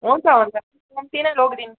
हुन्छ हुन्छ कम्ती नै लगिदियौँ